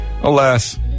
alas